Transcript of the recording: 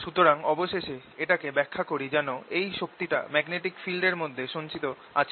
সুতরাং অবশেষে এটাকে ব্যাখ্যা করি যেন এই শক্তিটা ম্যাগনেটিক ফিল্ড এর মধ্যে সঞ্চিত আছে